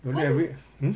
hmm